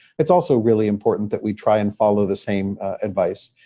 it's also really important that we try and follow the same advice.